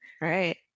Right